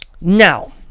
Now